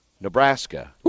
Nebraska